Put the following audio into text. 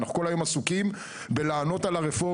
אנחנו כל היום עסוקים בלענות על הרפורמות,